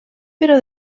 però